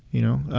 you know.